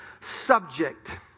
subject